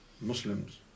Muslims